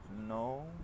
no